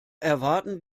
erwarten